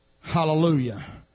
Hallelujah